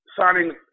signing